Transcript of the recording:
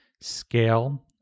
scale